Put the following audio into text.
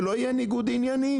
שלא יהיה ניגוד עניינים.